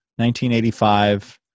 1985